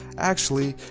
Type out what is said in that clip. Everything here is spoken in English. actually,